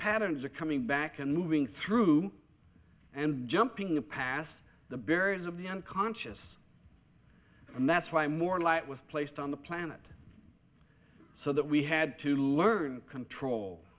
patterns are coming back and moving through and jumping the past the barriers of the unconscious and that's why more light was placed on the planet so that we had to learn control